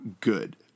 good